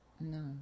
No